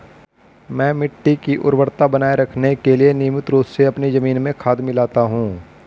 मैं मिट्टी की उर्वरता बनाए रखने के लिए नियमित रूप से अपनी जमीन में खाद मिलाता हूं